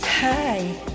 Hi